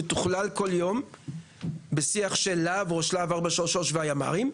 שמתוכלל כל יום בשיח של להב או של להב 433 והימ״רים,